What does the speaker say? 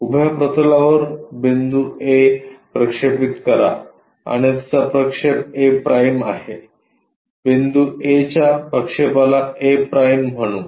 उभ्या प्रतलावर A बिंदू प्रक्षेपित करा आणि त्याचा प्रक्षेप a' आहे बिंदू A च्या प्रक्षेपाला a' म्हणू